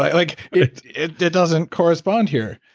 like it it doesn't correspond here.